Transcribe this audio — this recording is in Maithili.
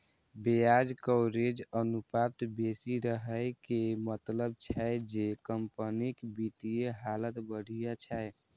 ब्याज कवरेज अनुपात बेसी रहै के मतलब छै जे कंपनीक वित्तीय हालत बढ़िया छै